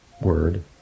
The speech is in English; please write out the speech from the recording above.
word